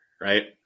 right